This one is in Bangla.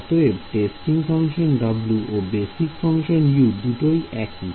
অতএব টেস্টিং ফাংশন W ও বেসিক ফাংশন U দুটোই একি